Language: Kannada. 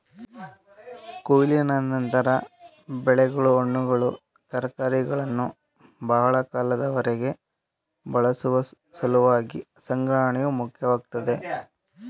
ಕೊಯ್ಲಿನ ನಂತರ ಬೆಳೆಗಳು ಹಣ್ಣುಗಳು ತರಕಾರಿಗಳನ್ನು ಬಹಳ ಕಾಲದವರೆಗೆ ಬಳಸುವ ಸಲುವಾಗಿ ಸಂಗ್ರಹಣೆಯು ಮುಖ್ಯವಾಗ್ತದೆ